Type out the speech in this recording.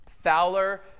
Fowler